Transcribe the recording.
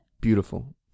Beautiful